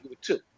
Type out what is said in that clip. two